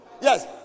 Yes